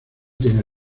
tiene